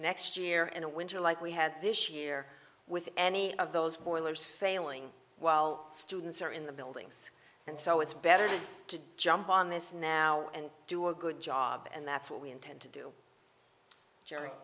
next year in a winter like we had this year with any of those boilers failing while students are in the buildings and so it's better to jump on this now and do a good job and that's what we intend to do j